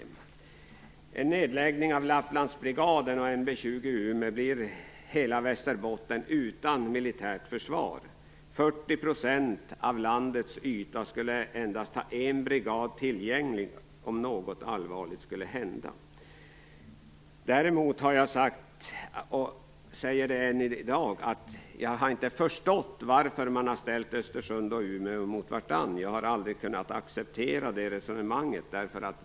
Med en nedläggning av Lapplandsbrigaden och NB 20 i Umeå blir hela Västerbotten utan militärt försvar. 40 % av landets yta skulle endast ha en brigad tillgänglig om något allvarligt skulle hända. Däremot har jag sagt, och jag säger det än i dag, att jag inte har förstått varför man har ställt Östersund och Umeå mot vartannat. Jag har aldrig kunnat acceptera det resonemanget.